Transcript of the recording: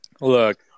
Look